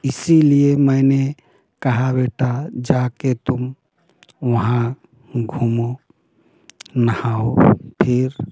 इसलिए मैने कहा बेटा जा केरतुम वहाँ घूमो नहाओ फिर